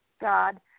God